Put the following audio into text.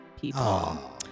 people